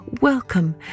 Welcome